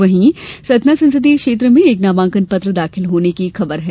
वहीं सतना संसदीय क्षेत्र में एक नामांकन पत्र दाखिल होने की खबर है